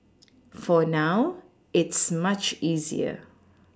for now it's much easier